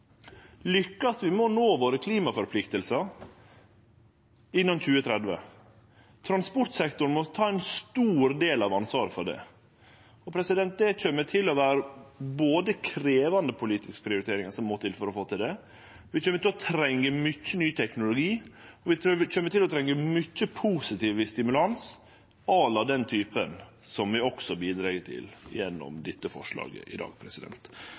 lykkast med å nå klimaforpliktingane våre innan 2030. Og transportsektoren må ta ein stor del av ansvaret for det. Det kjem til å vere krevjande politiske prioriteringar som må til for å få til det. Vi kjem til å trenge mykje ny teknologi, og vi kjem til å trenge mykje positiv stimulans à la den typen som vi bidreg til gjennom dette forslaget i dag.